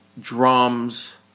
drums